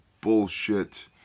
bullshit